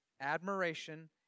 admiration